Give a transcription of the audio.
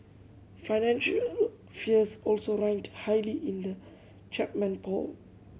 financial fears also ranked highly in the Chapman poll